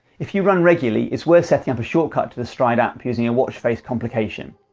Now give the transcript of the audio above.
if you run regularly, it's worth setting up a shortcut to the stryd app using a watch face complication.